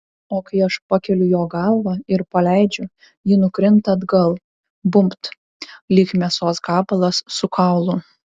o kai aš pakeliu jo galvą ir paleidžiu ji nukrinta atgal bumbt lyg mėsos gabalas su kaulu